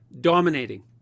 dominating